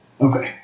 Okay